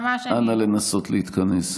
אנא, נסי להתכנס.